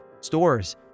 Stores